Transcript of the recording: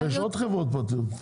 אבל יש עוד חברות פרטיות.